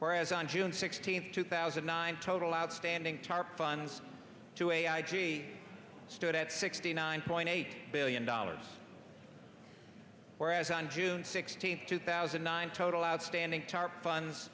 whereas on june sixteenth two thousand nine total outstanding tarp funds to a stood at sixty nine point eight billion dollars whereas on june sixteenth two thousand and nine total outstanding